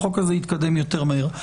החוק הזה יתקדם יותר מהר.